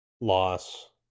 loss